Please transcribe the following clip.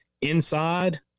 inside